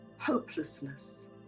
hopelessness